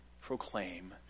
proclaim